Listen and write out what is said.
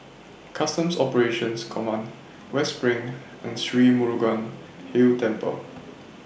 Customs Operations Command West SPRING and Sri Murugan Hill Temple